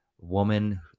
woman